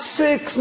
six